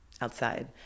outside